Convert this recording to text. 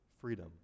freedom